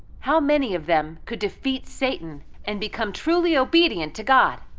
how many of them could defeat satan and become truly obedient to god?